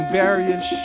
various